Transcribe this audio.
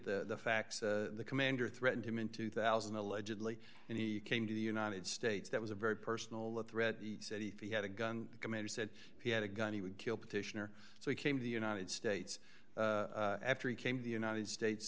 at the facts the commander threatened him in two thousand allegedly and he came to the united states that was a very personal of threat he said he had a gun commander said he had a gun he would kill petitioner so he came to the united states after he came to the united states